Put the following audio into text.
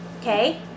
Okay